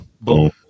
Boom